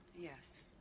yes